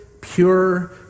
pure